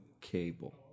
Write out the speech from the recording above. cable